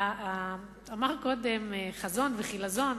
אמר קודם חבר הכנסת דיכטר: חזון וחילזון,